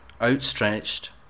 outstretched